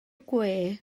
gwe